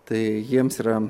tai jiems yra